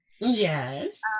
Yes